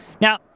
Now